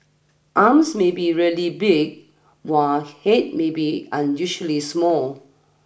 arms may be really big while head may be unusually small